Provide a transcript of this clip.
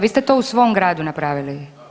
Vi ste to u svom gradu napravili?